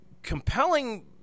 compelling